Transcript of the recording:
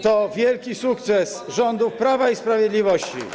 To wielki sukces rządu Prawa i Sprawiedliwości.